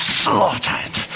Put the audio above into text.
slaughtered